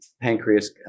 pancreas